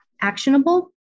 actionable